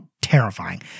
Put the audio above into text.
terrifying